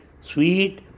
sweet